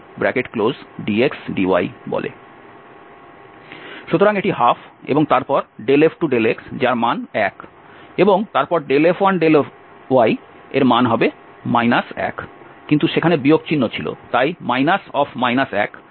সুতরাং এটি ½ এবং তারপর F2∂x যার মান 1 এবং তারপর F1∂y এর মান 1 হবে কিন্তু সেখানে বিয়োগ চিহ্ন ছিল তাই অর্থাৎ এখানে প্লাস হবে